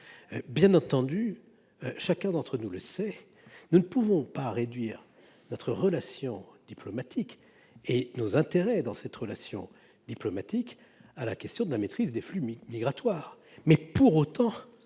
Bien entendu, chacun d’entre nous le sait, nous ne saurions réduire nos relations diplomatiques et nos intérêts dans ces relations à la question de la maîtrise des flux migratoires. Pour autant,